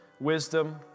wisdom